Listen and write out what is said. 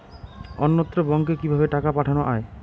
অন্যত্র ব্যংকে কিভাবে টাকা পাঠানো য়ায়?